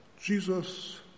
Jesus